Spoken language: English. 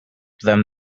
them